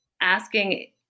asking